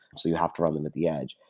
so you have to run them at the edge.